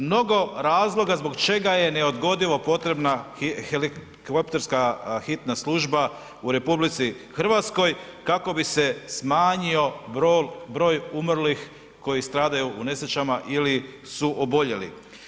Mnogo razloga zbog čega je neodgodivo potrebna helikopterska hitna služba u RH kako bi se smanjio broj umrlih koji stradaju u nesrećama ili su oboljeli.